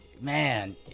Man